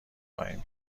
خواهیم